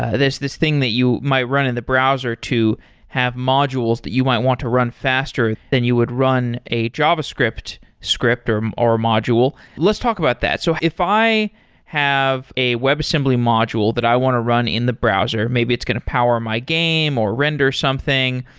this this thing that you might run in the browser to have modules that you might want to run faster than you would run a javascript script, or um or module. let's talk about that so if i have a webassembly module that i want to run in the browser, maybe it's going to power my game or render something,